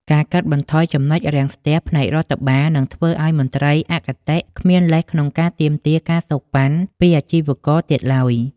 ការកាត់បន្ថយ ចំណុចរាំងស្ទះ ផ្នែករដ្ឋបាល នឹងធ្វើឱ្យមន្ត្រីអគតិគ្មានលេសក្នុងការទាមទារ ការសូកប៉ាន់ ពីអាជីវករទៀតឡើយ។